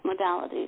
modalities